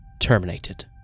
terminated